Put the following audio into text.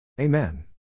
Amen